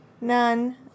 None